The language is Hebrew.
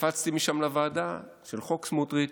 קפצתי משם לוועדה של חוק סמוטריץ'